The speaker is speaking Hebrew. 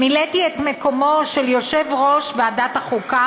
מילאתי את מקומו של יושב-ראש ועדת החוקה,